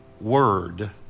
word